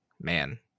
man